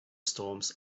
storms